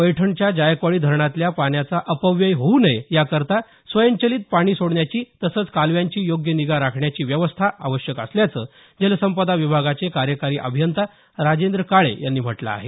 पैठणच्या जायकवाडी धरणातल्या पाण्याचा अपव्यय होऊ नये याकरता स्वयंचलित पाणी सोडण्याची तसंच कालव्यांची योग्य निगा राखण्याची व्यवस्था आवश्यक असल्याचं जलसंपदा विभागाचे कार्यकारी अभियंता राजेंद्र काळे यांनी म्हटलं आहे